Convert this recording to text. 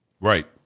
Right